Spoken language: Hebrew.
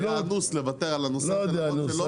היה אנוס לוותר על הנושא --- לא יודע אנוס.